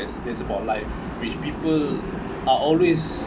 this is about life which people are always